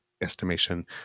estimation